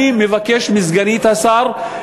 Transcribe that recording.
אני מבקש מסגנית השר,